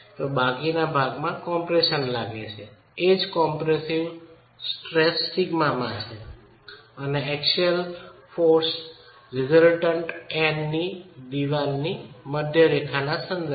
બાકીના ભાગમાં કમ્પ્રેશન લાગે છે એજ કોમ્પ્રેસિવ સ્ટ્રેસ સિગ્મામાં છે અને એક્સિયલ બળ પરિણામી N ની દિવાલની મધ્ય રેખાના સંદર્ભમાં છે